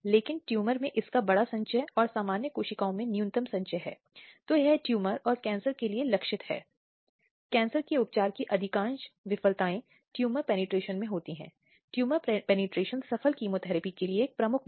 अब अगर कोई ऐसे नारीत्व पर आक्रमण करता है और ऐसा कार्य करता है जो इस तरह की शालीनता का अपमान करता है तो यह अधिनियम के दायरे में आएगा